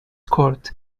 court